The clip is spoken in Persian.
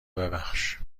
ببخش